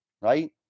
right